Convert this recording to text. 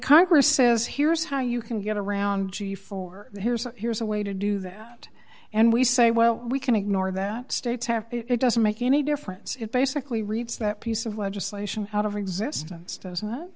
congress says here's how you can get around you for here's here's a way to do that and we say well we can ignore that states have it doesn't make any difference it basically reads that piece of legislation out of existence does not